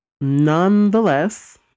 nonetheless